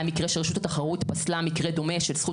היה מקרה שרשות התחרות פסלה מקרה דומה של זכות